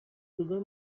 sugar